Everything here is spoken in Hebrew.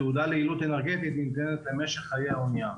התעודה ליעילות אנרגטית ניתנת למשך חיי האנייה,